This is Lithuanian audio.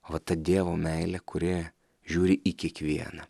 vat ta dievo meilė kuri žiūri į kiekvieną